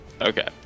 Okay